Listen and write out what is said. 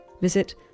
Visit